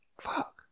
Fuck